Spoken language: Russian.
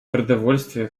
продовольствия